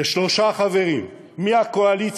ששלושה חברים מהקואליציה,